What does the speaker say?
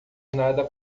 nada